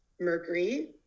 mercury